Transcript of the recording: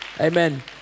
Amen